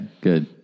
good